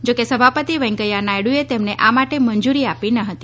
જો કે સભાપતિ વેંકૈયા નાયડુએ તેમને આ માટે મંજૂરી આપી ન હતી